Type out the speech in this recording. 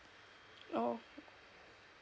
oh